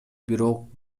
бирок